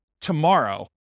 tomorrow